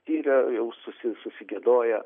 patyrę jau susi susigiedoję